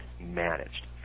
managed